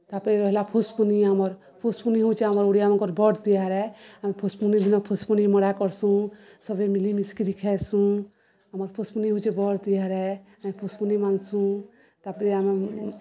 ତା'ପରେ ରହେଲା ଫୁସ୍ପୁନି ଆମର୍ ଫୁସ୍ପୁନି ହଉଚେ ଆମର୍ ଓଡ଼ିଆମନ୍କର୍ ବଡ଼୍ ତିହାର୍ ଆଏ ଆମେ ଫୁସ୍ପୁନି ଦିନ ଫୁସ୍ପୁନି ମଡ଼ା କର୍ସୁଁ ସବେ ମିଲିମିଶିକରି ଖାଏସୁଁ ଆମର୍ ଫୁସ୍ପୁନି ହଉଚେ ବଡ଼୍ ତିହାର୍ ଏ ଆମେ ଫୁସ୍ପୁନି୍ ମାନ୍ସୁଁ ତା'ପରେ ଆମେ